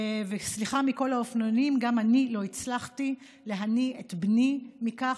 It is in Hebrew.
וסליחה לכל האופנוענים: גם אני לא הצלחתי להניא את בני מכך,